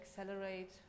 accelerate